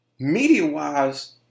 Media-wise